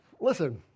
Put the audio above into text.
Listen